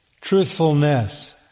truthfulness